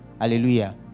Hallelujah